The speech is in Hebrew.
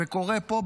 וקורא פה,